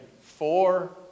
four